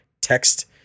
Text